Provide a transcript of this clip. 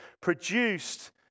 produced